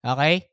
Okay